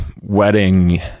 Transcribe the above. wedding